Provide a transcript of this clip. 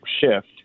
shift